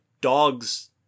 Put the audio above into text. dogs